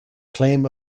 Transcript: claim